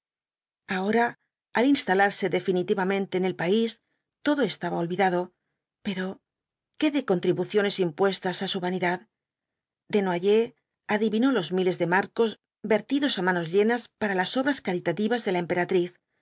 ahora al instalarse definitivamente en el país todo estaba olvidado pero qué de contribuciones impuestas á su vanidad desnoyers adivinó los miles de marcos vertidos á manos llenas para las obras caritativas de la emperatriz